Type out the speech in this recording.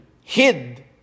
hid